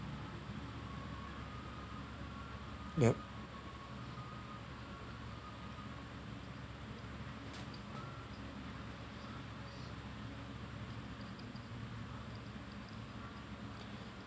yup